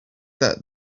that